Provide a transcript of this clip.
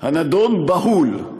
"הנדון: בהול.